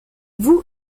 voue